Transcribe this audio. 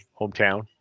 Hometown